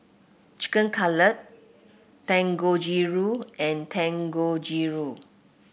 Chicken Cutlet Dangojiru and Dangojiru